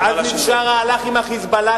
עזמי בשארה הלך עם ה"חיזבאללה",